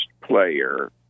player